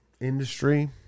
industry